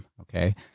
okay